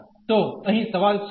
તો અહીં સવાલ શું છે